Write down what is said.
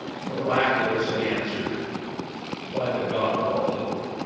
miraculously answered by the god of all hope?